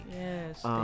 Yes